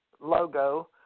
logo